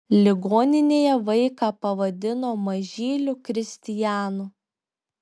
ligoninėje vaiką pavadino mažyliu kristijanu